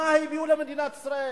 מה הביאו למדינת ישראל.